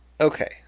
Okay